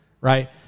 right